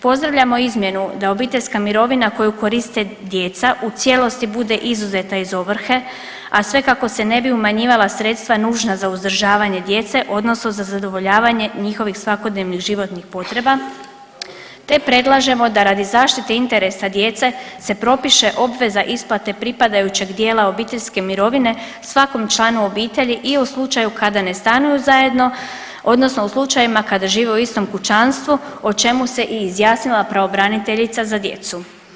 Pozdravljamo izmjenu da obiteljska mirovina koju koriste djeca u cijelosti bude izuzeta iz ovrhe, a sve kako se ne bi umanjivala sredstva nužna za uzdržavanje djece odnosno za zadovoljavanje njihovim svakodnevnih životnih potreba te predlažemo da radi zaštite interesa djece se propiše obveza isplate pripadajućeg dijela obiteljske mirovine svakom članu obitelji i u slučaju kada ne stanuju zajedno odnosno u slučajevima kada žive u istom kućanstvu o čemu se i izjasnila i pravobraniteljica za djecu.